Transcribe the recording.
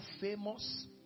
famous